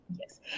yes